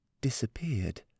disappeared